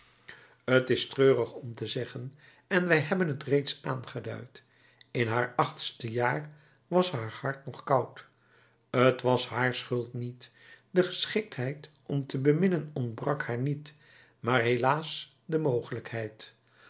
t is treurig om te zeggen en wij hebben t reeds aangeduid in haar achtste jaar was haar hart nog koud t was haar schuld niet de geschiktheid om te beminnen ontbrak haar niet maar helaas de mogelijkheid